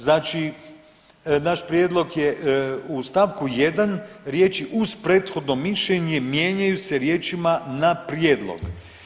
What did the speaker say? Znači naš prijedlog je u stavku 1. riječi: „uz prethodno mišljenje“ mijenjaju se riječima „na prijedlog“